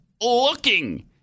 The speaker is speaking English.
looking